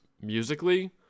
musically